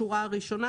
השורה הראשונה,